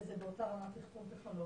לזה באותה רמת תחכום טכנולוגית,